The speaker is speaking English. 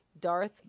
Darth